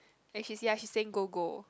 and she's ya she's saying go go